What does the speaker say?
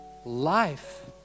Life